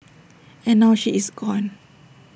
and now she is gone